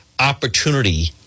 opportunity